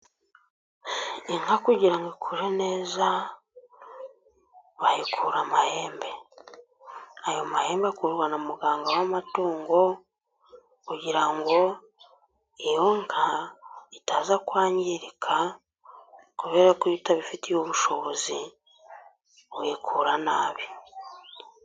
Inka kugira ngo ikure neza bayikura amahembe. Ayo mahembe akurwa na muganga w'amatungo, kugira ngo iyo nka itaza kwangirika, kubera ko iyo utabifitiye ubushobozi uyikura nabi.